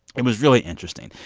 it was really interesting.